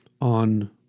on